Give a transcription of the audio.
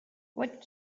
what